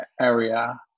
area